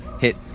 Hit